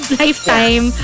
lifetime